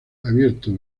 abierto